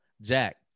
Jack